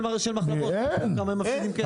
מחלבות שאמרו כמה הם מפסידים כסף --- אין.